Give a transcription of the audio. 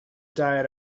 diet